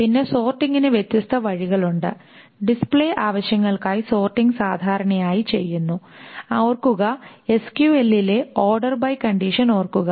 പിന്നെ സോർട്ടിംഗിന് വ്യത്യസ്ത വഴികളുണ്ട് ഡിസ്പ്ലേ ആവശ്യങ്ങൾക്കായി സോർട്ടിംഗ് സാധാരണയായി ചെയ്യുന്നു ഓർക്കുക SQL ലെ ORDER BY കണ്ടിഷൻ ഓർക്കുക